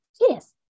Yes